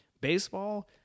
Baseball